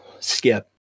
skip